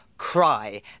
Cry